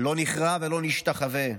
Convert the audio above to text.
לא נכרע ולא נשתחווה.